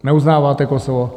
Neuznáváte Kosovo?